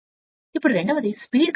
ఇప్పుడు రెండవది speed current లక్షణం